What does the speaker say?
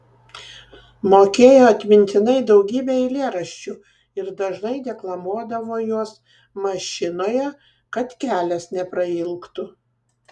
mokėjo atmintinai daugybę eilėraščių ir dažnai deklamuodavo juos mašinoje kad kelias neprailgtų